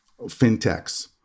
fintechs